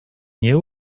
nie